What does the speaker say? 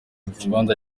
kibanza